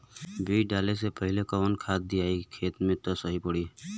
बीज डाले से पहिले कवन खाद्य दियायी खेत में त सही पड़ी?